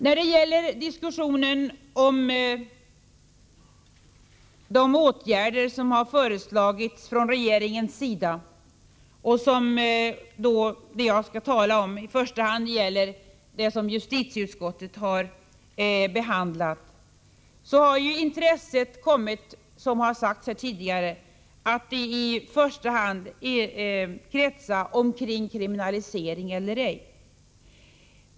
När det gäller de åtgärder som regeringen har föreslagit — och jag skall i första hand tala om dem som justitieutskottet har behandlat — har intresset såsom tidigare sagts kommit att kretsa kring frågan om man skall ha kriminalisering eller ej.